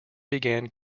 began